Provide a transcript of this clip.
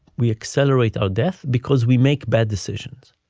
we accelerate our death because we make bad decisions.